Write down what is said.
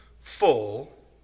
full